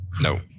No